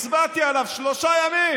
הצבעתי עליו ושלושה ימים